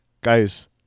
guys